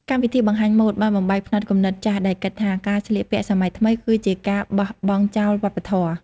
កម្មវិធីបង្ហាញម៉ូដបានបំបែកផ្នត់គំនិតចាស់ដែលគិតថាការស្លៀកពាក់សម័យថ្មីគឺជាការបោះបង់ចោលវប្បធម៌។